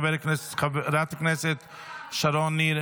חברת הכנסת שרון ניר,